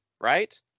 right